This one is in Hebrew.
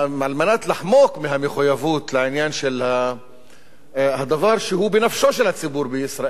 על מנת לחמוק מהמחויבות לדבר שהוא בנפשו של הציבור בישראל,